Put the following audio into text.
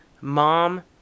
mom